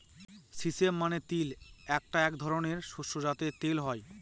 sesame মানে তিল এটা এক ধরনের শস্য যাতে তেল হয়